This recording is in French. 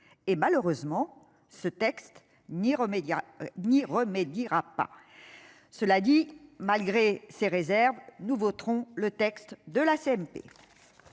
et malheureusement ce texte n'y remédier. Ni remède dira pas. Cela dit, malgré ces réserves, nous voterons le texte de la CMP.